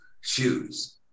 shoes